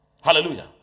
Hallelujah